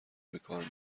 بکار